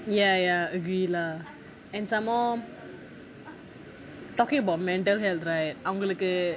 ya ya agree lah and some more talking about mental health right அவங்களுக்கு:avangaluku